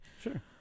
Sure